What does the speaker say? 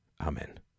Amen